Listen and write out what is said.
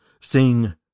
Sing